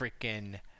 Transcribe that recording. freaking